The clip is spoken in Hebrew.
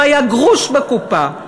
לא היה גרוש בקופה.